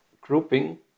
grouping